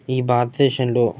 ఈ భారతదేశంలో